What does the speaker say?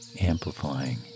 amplifying